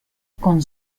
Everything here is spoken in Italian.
con